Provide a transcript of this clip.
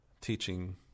teaching